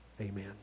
Amen